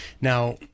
now